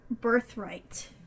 birthright